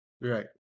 right